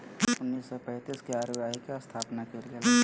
उन्नीस सौ पैंतीस के आर.बी.आई के स्थापना कइल गेलय